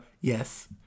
Yes